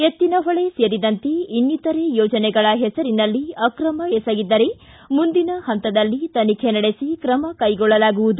ಎತ್ತಿನಹೊಳೆ ಸೇರಿದಂತೆ ಇನ್ನಿತರ ಯೋಜನೆಗಳ ಹೆಸರಿನಲ್ಲಿ ಆಕ್ರಮ ಎಸಗಿದ್ದರೆ ಮುಂದಿನ ಹಂತದಲ್ಲಿ ತನಿಖೆ ನಡೆಸಿ ಕ್ರಮ ಕೈಗೊಳ್ಳಲಾಗುವುದು